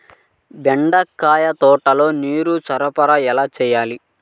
బెండకాయ తోటలో నీటి సరఫరా ఎలా చేయాలి?